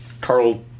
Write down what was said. Carl